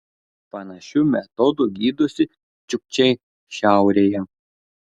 panašiu metodu gydosi čiukčiai šiaurėje